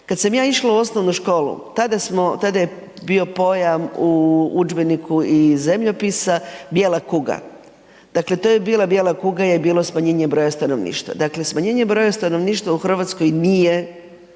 Kada sam ja išla u osnovnu školu, tada je bio pojam u udžbeniku iz zemljopisa bijela kuga. Dakle to je bilo, bijela kuga je bilo smanjenje broja stanovništva. Dakle, smanjenje broja stanovništva u Hrvatskoj nije